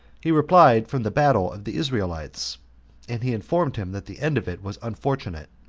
he replied, from the battle of the israelites and he informed him that the end of it was unfortunate,